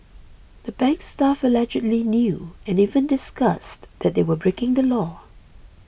the bank's staff allegedly knew and even discussed that they were breaking the law